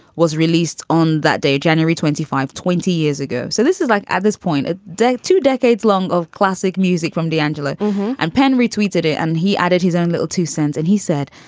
was released on that day, january twenty five, twenty years ago. so this is like at this point, a day, two decades long of classic music from d'angelo and penn retweeted it and he added his own little two cents and he said,